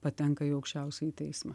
patenka į aukščiausiąjį teismą